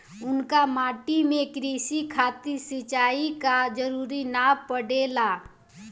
कउना माटी में क़ृषि खातिर सिंचाई क जरूरत ना पड़ेला?